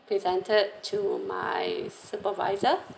presented to my supervisor